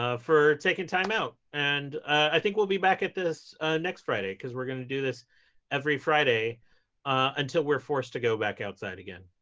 ah for taking time out. and i think we'll be back at this next friday because we're going to do this every friday until we're forced to go back outside again.